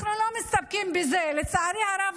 אנחנו לא מסתפקים בזה לצערי הרב,